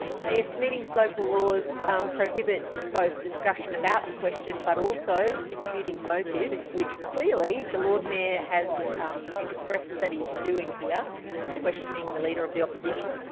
the ah meetings local laws prohibit both discussion about the question but also imputing motive, which clearly the lord mayor has um expressed that he's doing here in questioning the leader of the opposition.